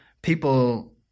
People